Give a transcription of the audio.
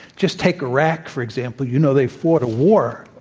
just take iraq, for example. you know they fought a war,